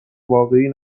واقعی